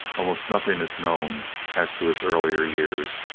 almost nothing is known as to his earliest years,